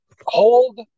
hold